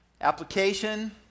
Application